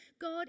God